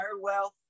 wealth